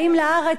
באים לארץ,